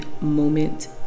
moment